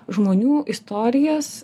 žmonių istorijas